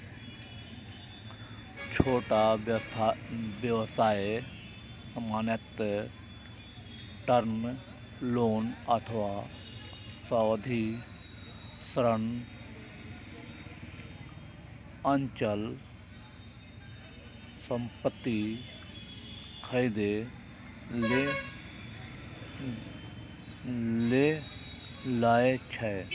छोट व्यवसाय सामान्यतः टर्म लोन अथवा सावधि ऋण अचल संपत्ति खरीदै लेल लए छै